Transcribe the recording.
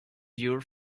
your